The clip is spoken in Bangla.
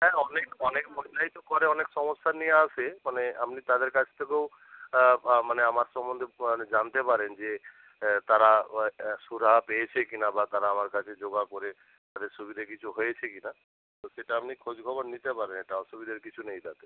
হ্যাঁ অনেক অনেক মহিলাই তো করে অনেক সমস্যা নিয়ে আসে মানে আমনি তাদের কাছ থেকেও মানে আমার সম্বন্ধে মানে জানতে পারেন যে তারা ও একটা সুরাহা পেয়েছে কি না বা তারা আমার কাছে যোগা করে তাদের সুবিধা কিছু হয়েছে কি না তো সেটা আপনি খোঁজখবর নিতে পারেন এটা অসুবিধার কিছু নেই তাতে